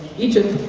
egypt,